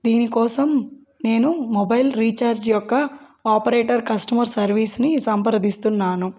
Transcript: దీనికోసం నేను mobile recharge యొక్క ఆపరేటర్ కస్టమర్ సర్వీస్ని సంప్రదిస్తున్నాను